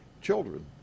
children